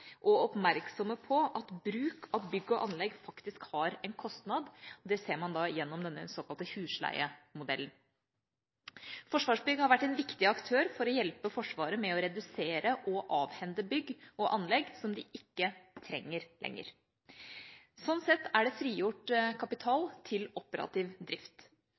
og oppmerksomme på at bruk av bygg og anlegg faktisk har en kostnad. Det ser man gjennom den såkalte husleiemodellen. Forsvarsbygg har vært en viktig aktør for å hjelpe Forsvaret med å redusere og avhende bygg og anlegg som de ikke lenger trenger. Slik er det frigjort kapital til operativ drift.